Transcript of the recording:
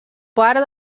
part